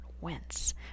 wince